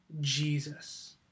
Jesus